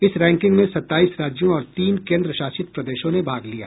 इस रैंकिंग में सताईस राज्यों और तीन केंद्र शासित प्रदेशों ने भाग लिया